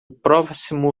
próximo